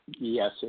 yes